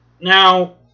now